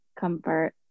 Comfort